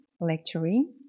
lecturing